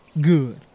Good